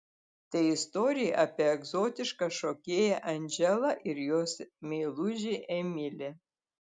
tai istorija apie egzotišką šokėją andželą ir jos meilužį emilį